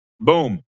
boom